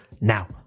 now